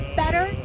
better